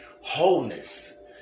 wholeness